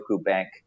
Bank